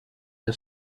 are